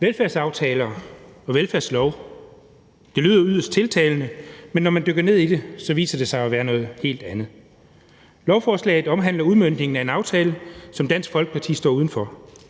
Velfærdsaftale og velfærdslov lyder yderst tiltalende, men når man dykker ned i det, viser det sig jo at være noget helt andet. Lovforslaget omhandler udmøntningen af en aftale, som Dansk Folkeparti står uden for.